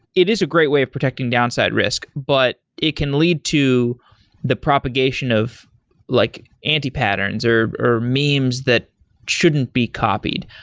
it is a great way of protecting downside risk, but it can lead to the propagation of like anti-patterns or memes memes that shouldn't be copied.